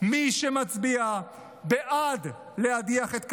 מי שמצביע בעד להדיח את כסיף,